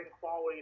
quality